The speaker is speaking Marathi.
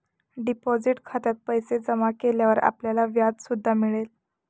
डिपॉझिट खात्यात पैसे जमा केल्यावर आपल्याला व्याज सुद्धा मिळेल